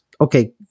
okay